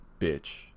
bitch